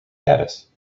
status